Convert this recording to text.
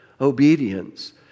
Obedience